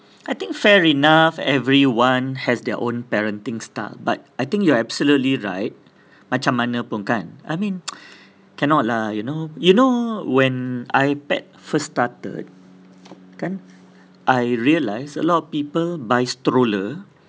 I think fair enough everyone has their own parenting style but I think you are absolutely right macam mana pun kan I mean cannot lah you know when ipad first started kan I realised a lot of people buy stroller